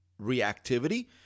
reactivity